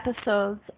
episodes